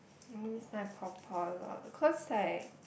I miss my 婆婆 a lot because I